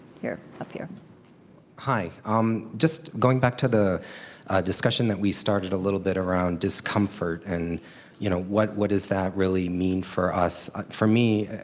here, up here hi. um just going back to the discussion that we started a little bit around discomfort and you know what what does that really mean for us for me,